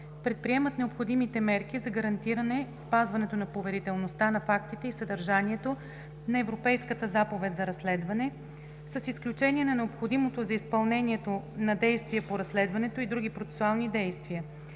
предприемат необходимите мерки за гарантиране спазването на поверителността на фактите и съдържанието на Европейската заповед за разследване, с изключение на необходимото за изпълнението на действие по разследването и други процесуални действия.